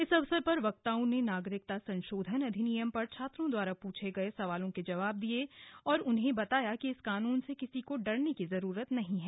इस अवसर पर वक्ताओं ने नागरिकता संशोधन अधिनियम पर छात्रों द्वारा पूछे गए सवालों के जवाब दिए गए और उन्हें बताया कि इस कानून से किसी को डरने की जरूरत नहीं है